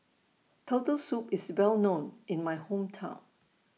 Turtle Soup IS Well known in My Hometown